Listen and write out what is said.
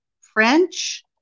French